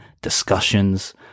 discussions